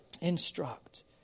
Instruct